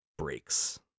breaks